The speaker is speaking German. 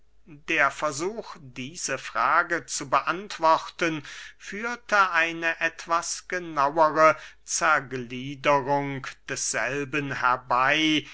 der versuch diese frage zu beantworten führte eine etwas genauere zergliederung desselben herbey